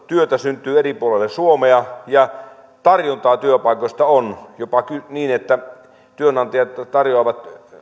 työtä syntyy eri puolille suomea ja tarjontaa työpaikoista on jopa niin että työnantajat tarjoavat